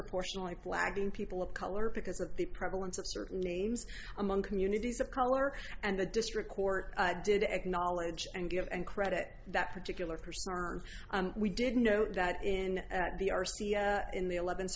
disproportionately flagging people of color because of the prevalence of certain names among communities of color and the district court did acknowledge and give and credit that particular person or we didn't know that in the r c a in the eleventh